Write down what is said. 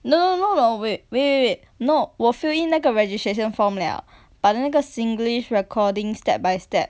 no not a wai~ wait wait no 我 fill in 那个 registration form 了 but then 那个 singlish recording step by step